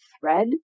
thread